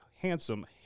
handsome